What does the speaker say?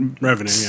revenue